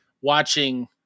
watching